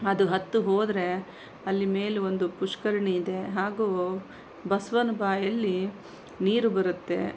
ಅದು ಹತ್ತು ಹೋದರೆ ಅಲ್ಲಿ ಮೇಲೊಂದು ಪುಷ್ಕರಣಿ ಇದೆ ಹಾಗೂ ಬಸವನ ಬಾಯಲ್ಲಿ ನೀರು ಬರುತ್ತೆ